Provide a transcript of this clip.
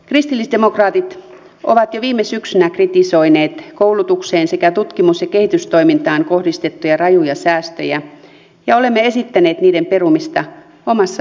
kristillisdemokraatit ovat jo viime syksynä kritisoineet koulutukseen sekä tutkimus ja kehitystoimintaan kohdistettuja rajuja säästöjä ja olemme esittäneet niiden perumista omassa vaihtoehtobudjetissamme